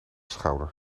schouder